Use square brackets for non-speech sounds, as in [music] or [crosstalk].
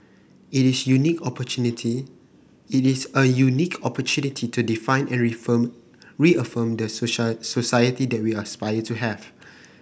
it is unique opportunity it is a unique opportunity to define and reform reaffirm the [unintelligible] society that we aspire to have